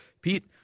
Pete